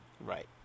Right